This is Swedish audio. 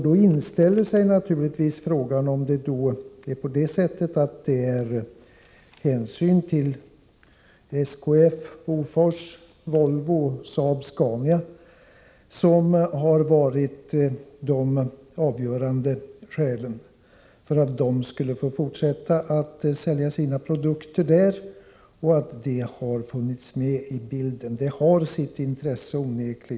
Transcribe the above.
Då inställer sig naturligtvis frågan om det är hänsynen till att SKF, Bofors, Volvo och Saab-Scania skall få fortsätta att sälja sina produkter i Iran som har varit med i bilden och kanske varit det avgörande skälet.